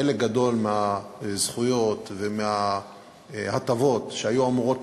חלק גדול מהזכויות ומההטבות שהיו אמורות